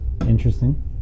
interesting